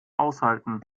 aushalten